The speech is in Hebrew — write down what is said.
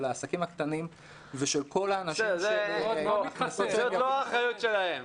של העסקים הקטנים ושל כל האנשים שההכנסות שלהם